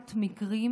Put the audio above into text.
מעט מקרים